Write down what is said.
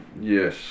Yes